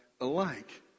alike